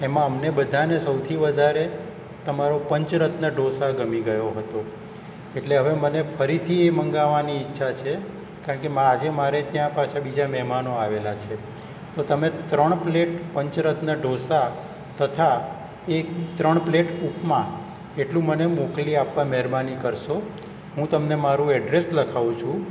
એમાં અમને બધાંને સૌથી વધારે તમારો પંચરત્ન ઢોંસા ગમી ગયો હતો એટલે હવે મને ફરીથી એ મંગાવવાની ઈચ્છા છે કારણ કે મા આજે મારે ત્યાં પાછા બીજા મહેમાનો આવેલા છે તો તમે ત્રણ પ્લેટ પંચરત્ન ઢોંસા તથા એક ત્રણ પ્લેટ ઉપમા એટલું મને મોકલી આપવા મહેરબાની કરશો હું તમને મારું એડ્રેસ લખાઉં છું